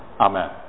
amen